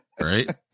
right